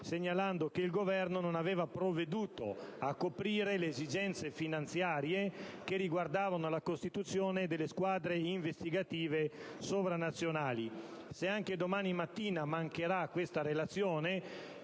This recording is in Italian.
segnalando che il Governo non aveva provveduto a coprire le esigenze finanziarie riguardanti la costituzione delle squadre investigative sovranazionali. Se anche domani mattina mancherà la relazione,